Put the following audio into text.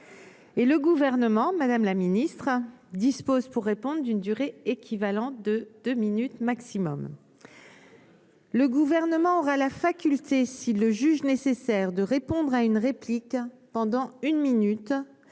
et le gouvernement Madame la Ministre. Dispose pour répondre d'une durée équivalente de deux minutes maximum. Le gouvernement aura la faculté s'il le juge nécessaire de répondre à une réplique pendant une minute